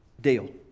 deal